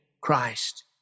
Christ